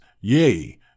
yea